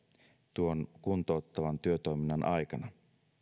tuon kuntouttavan työtoiminnan aikana